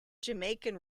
jamaican